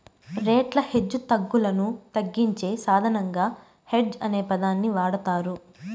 రేట్ల హెచ్చుతగ్గులను తగ్గించే సాధనంగా హెడ్జ్ అనే పదాన్ని వాడతారు